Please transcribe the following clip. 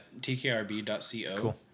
tkrb.co